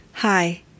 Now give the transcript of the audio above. Hi